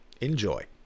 Enjoy